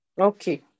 Okay